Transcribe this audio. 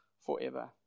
forever